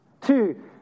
Two